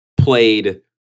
played